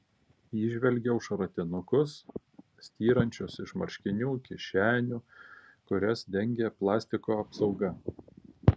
įžvelgiau šratinukus styrančius iš marškinių kišenių kurias dengė plastiko apsauga